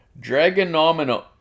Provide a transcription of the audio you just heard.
Dragonomino